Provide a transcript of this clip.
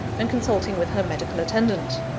and consulting with her medical attendant.